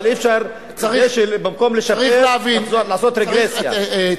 אבל אי-אפשר במקום לשפר לעשות רגרסיה.